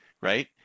right